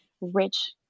rich